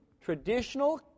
traditional